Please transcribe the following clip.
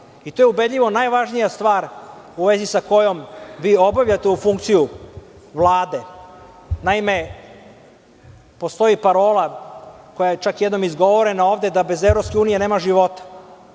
i to je ubedljivo najvažnija stvar u vezi sa kojom vi obavljate ovu funkciju Vlade. Naime, postoji parola koja je čak jednom izgovorena ovde, da bez EU nema života,